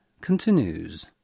continues